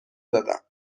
دادم